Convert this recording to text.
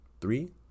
Three